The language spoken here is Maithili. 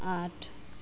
आठ